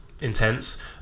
intense